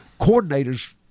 coordinators